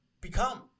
become